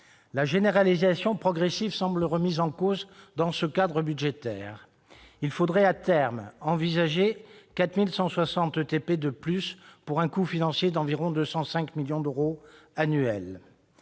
La généralisation progressive semble remise en cause dans ce cadre budgétaire. Il faudrait, à terme, envisager 4 160 ETP de plus pour un coût financier d'environ 205 millions d'euros annuels.